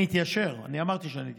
אני אתיישר, אני אמרתי שאני אתיישר.